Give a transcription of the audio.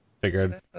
figured